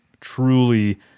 truly